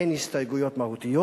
אין הסתייגויות מהותיות.